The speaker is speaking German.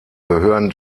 gehören